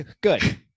Good